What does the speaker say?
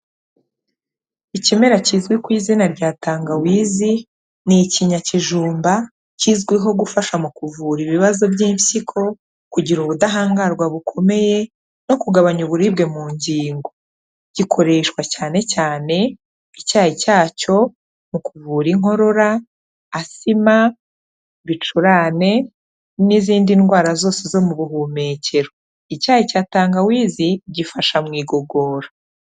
Ikimera kizwi ku izina rya tangawizi, ni ikinyakijumba, kizwiho gufasha mu kuvura ibibazo by'impyiko, kugira ubudahangarwa bukomeye, no kugabanya uburibwe mu ngingo. Gikoreshwa cyane cyane icyayi cyacyo, mu kuvura inkorora, asima, ibicurane, n'izindi ndwara zose zo mu buhumekero. Icyayi cya tangawizi, gifasha mu igogora.